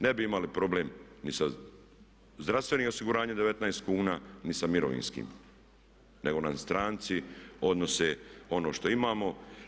Ne bi imali problem ni sa zdravstvenim osiguranjem 19 kuna, ni sa mirovinskim nego nam stranci odnose ono što imamo.